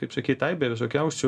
kaip sakyt aibę visokiausių